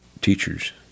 teachers